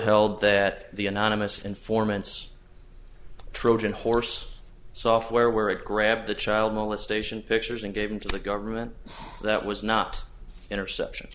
held that the anonymous informants trojan horse software where it grabbed the child molestation pictures and gave him to the government that was not interception